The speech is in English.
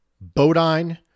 Bodine